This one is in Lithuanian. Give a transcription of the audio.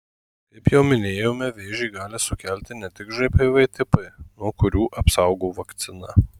kaip jau minėjome vėžį gali sukelti ne tik žpv tipai nuo kurių apsaugo vakcina